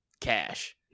cash